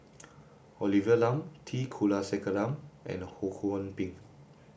Olivia Lum T Kulasekaram and Ho Kwon Ping